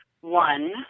One